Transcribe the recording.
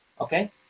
okay